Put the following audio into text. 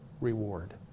reward